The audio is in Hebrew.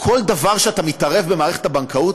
כל דבר שאתה מתערב במערכת הבנקאות,